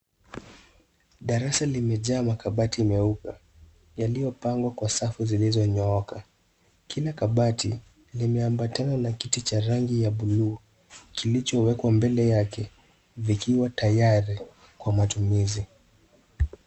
Darasa limejaa makabati meupe yaliyopangwa kwa safu zilizonyooka. Kila kabati limeambatana na kiti cha rangi ya buluu kilichowekwa mbele yake vikiwa tayari kwa matumizi.